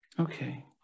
Okay